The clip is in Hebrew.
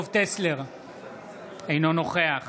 אינו נוכח